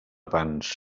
pans